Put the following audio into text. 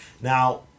Now